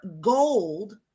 gold